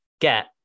get